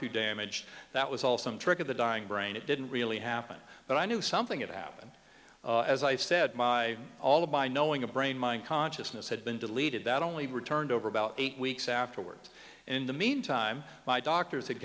too damaged that was all some trick of the dying brain it didn't really happen but i knew something had happened as i said by all of my knowing of brain mind consciousness had been deleted that only returned over about eight weeks afterwards in the meantime my doctor